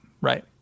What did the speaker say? right